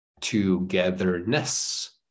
togetherness